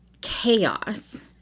chaos